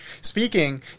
speaking